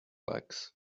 legs